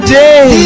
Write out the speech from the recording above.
day